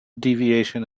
deviation